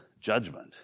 judgment